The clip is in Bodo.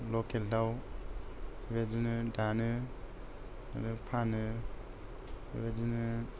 लकेल दाव बेबादिनो दानो आरो फानो बेबादिनो